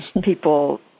people